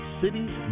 cities